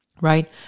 right